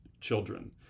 children